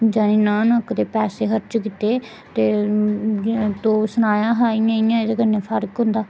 जानी ना न्हक्क दे पैसे खर्च कीते ते तूं सनाएआ हा इ'यां इ'यां एह्दे कन्नै फर्क होंदा